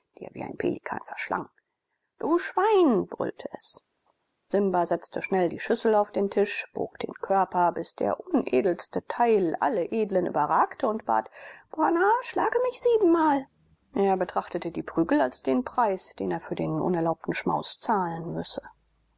wie ein pelikan verschlang du schwein brüllte es simba setzte schnell die schüssel auf den tisch bog den körper bis der unedelste teil alle edlen überragte und bat bana schlage mich siebenmal er betrachtete die prügel als den preis den er für den unerlaubten schmaus zahlen müsse